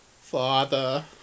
Father